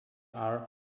are